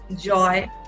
joy